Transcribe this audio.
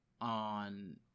on